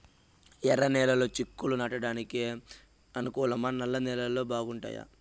ఎర్రనేలలు చిక్కుళ్లు నాటడానికి అనుకూలమా నల్ల నేలలు బాగుంటాయా